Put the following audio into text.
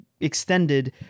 extended